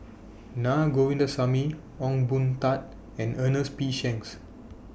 Na Govindasamy Ong Boon Tat and Ernest P Shanks